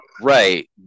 Right